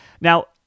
Now